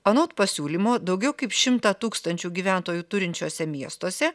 anot pasiūlymo daugiau kaip šimtą tūkstančių gyventojų turinčiuose miestuose